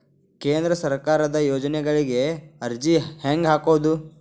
ಕೇಂದ್ರ ಸರ್ಕಾರದ ಯೋಜನೆಗಳಿಗೆ ಅರ್ಜಿ ಹೆಂಗೆ ಹಾಕೋದು?